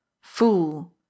Fool